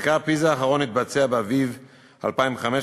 מחקר פיז"ה האחרון התבצע באביב 2015,